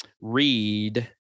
read